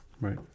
Right